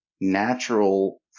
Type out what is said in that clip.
natural